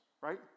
right